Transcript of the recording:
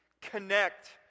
connect